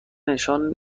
نشان